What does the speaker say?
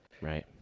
Right